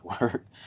work